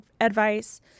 advice